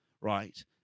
right